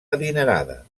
adinerada